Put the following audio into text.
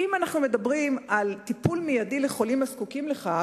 אם אנחנו מדברים על טיפול מיידי לחולים הזקוקים לכך,